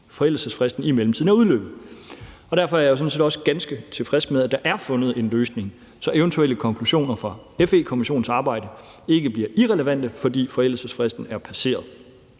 forældelsesfristen i mellemtiden er udløbet. Og derfor er jeg jo sådan set også ganske tilfreds med, at der er fundet en løsning, så eventuelle konklusioner fra FE-kommissionens arbejde ikke bliver irrelevante, fordi forældelsesfristen er passeret,